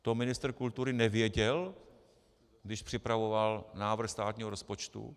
To ministr kultury nevěděl, když připravoval návrh státního rozpočtu?